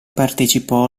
partecipò